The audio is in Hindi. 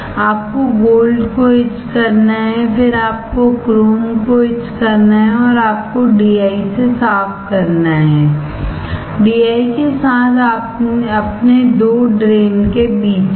आपको गोल्ड को इच करना है फिर आपको क्रोम को इच करना है और आपको DI से साफ करना हैDI के साथ अपने दो ड्रेन के बीच में